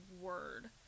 word